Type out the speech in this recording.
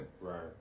Right